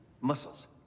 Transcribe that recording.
muscles